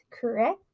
correct